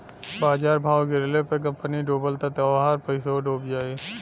बाजार भाव गिरले पर कंपनी डूबल त तोहार पइसवो डूब जाई